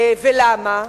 ולמה?